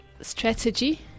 strategy